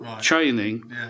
training